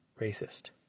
racist